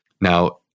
Now